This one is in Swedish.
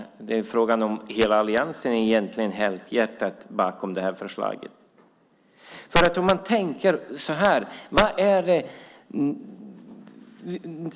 Frågan är om hela alliansen egentligen står helhjärtat bakom förslaget. Man kan tänka så här.